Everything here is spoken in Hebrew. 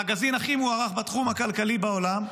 המגזין הכי מוערך בתחום הכלכלי בעולם,